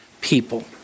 people